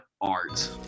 Art